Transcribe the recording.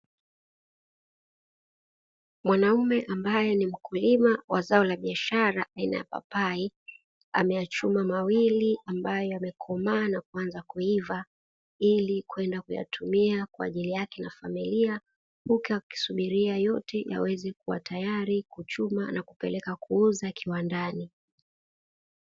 Mwanaume ambaye ni mkulima wa zao la biashara aina ya papai, ameyachuma mawili ambayo yamekomaa nakuanza kuiva ili kwenda kuyatumia kwa ajili yake na familia. Huku akisubilia yote yawe tayari kuchuma na kupeleka kuuza kiwandani.